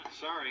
Sorry